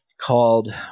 called